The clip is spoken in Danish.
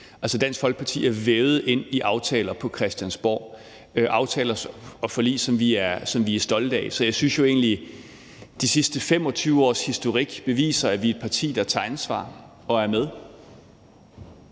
Altså, Dansk Folkeparti er vævet ind i aftaler på Christiansborg – aftaler og forlig, som vi er stolte af. Så jeg synes egentlig, at de sidste 25 års historik beviser, at vi er et parti, der tager ansvar og er med.